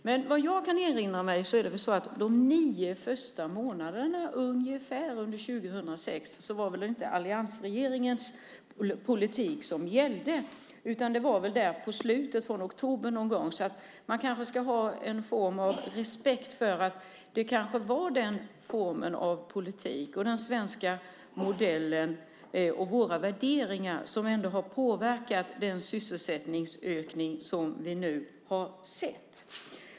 Men såvitt jag kan erinra mig var det väl under ungefär de första nio månaderna av 2006 inte alliansregeringens politik som gällde. Det var väl först på slutet, från oktober någon gång. Man kanske ska ha respekt för att det var vår form av politik, den svenska modellen och våra värderingar som ändå har påverkat den sysselsättningsökning som vi nu har sett.